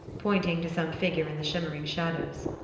pointing to some figure in the shimmering shadows.